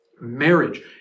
Marriage